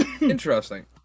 interesting